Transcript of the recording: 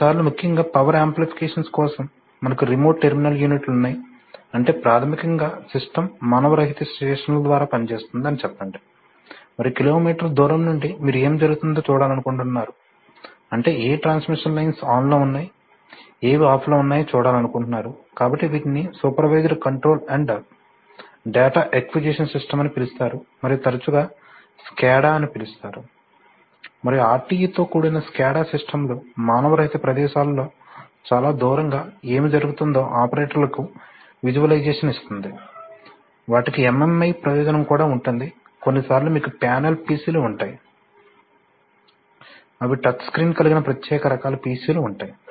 కొన్నిసార్లు ముఖ్యంగా power applications కోసం మనకు రిమోట్ టెర్మినల్ యూనిట్లు ఉన్నాయి అంటే ప్రాథమికంగా సిస్టమ్ మానవరహిత స్టేషన్ల ద్వారా పనిచేస్తోంది అని చెప్పండి మరియు కిలోమీటర్ల దూరం నుండి మీరు ఏమి జరుగుతుందో చూడాలనుకుంటున్నారు అంటే ఏ ట్రాన్స్మిషన్ లైన్స్ ఆన్లో ఉన్నాయి ఏవి ఆఫ్ లో ఉన్నాయి చూడాలనుకుంటున్నారు కాబట్టి వీటిని supervisory control and data acquisition system అని పిలుస్తారు మరియు తరచుగా SCADA అని పిలుస్తారు మరియు RTU తో కూడిన SCADA సిస్టమ్ లు మానవరహిత ప్రదేశాలలో చాలా దూరంగా ఏమి జరుగుతుందో ఆపరేటర్లకు విజువలైజేషన్ ఇస్తుంది వాటికి MMI ప్రయోజనం కూడా ఉంటుంది కొన్నిసార్లు మీకు ప్యానెల్ PCలు ఉంటాయి అవి టచ్ స్క్రీన్ కలిగిన ప్రత్యేక రకాల PCలు ఉంటాయి